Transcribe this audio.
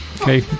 Okay